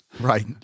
right